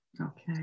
okay